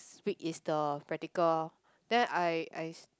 week is the practical loh